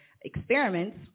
experiments